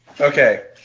Okay